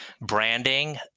branding